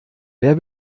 wer